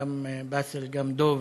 גם באסל, גם דב,